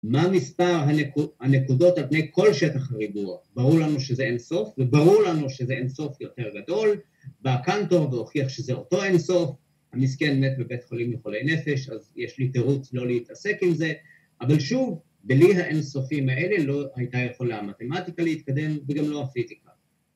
‫מה מספר הנקודות ‫על פני כל שטח ריבוע? ‫ברור לנו שזה אין סוף, ‫וברור לנו שזה אין סוף יותר גדול. ‫בא קנטור והוכיח ‫שזה אותו אין סוף. ‫המסכן מת בבית חולים לחולי נפש, ‫אז יש לי תירוץ לא להתעסק עם זה. ‫אבל שוב, בלי האין סופים האלה ‫לא הייתה יכולה המתמטיקה להתקדם ‫וגם לא הפיזיקה.